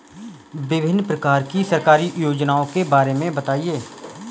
विभिन्न प्रकार की सरकारी योजनाओं के बारे में बताइए?